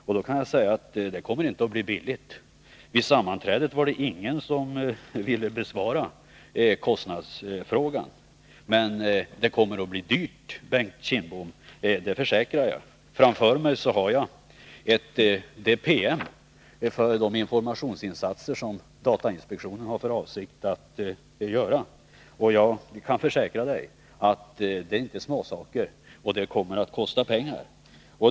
Och det kommer inte att bli billigt. Vid sammanträdet var det ingen som ville besvara kostnadsfrågan. Men det kommer att bli dyrt, Bengt Kindbom. Det försäkrar jag. Framför mig har jag en PM om de informationsinsatser som datainspektionen har för avsikt att göra, och jag kan försäkra Bengt Kindbom att det inte är småsaker. Det kommer att kosta pengar.